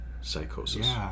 psychosis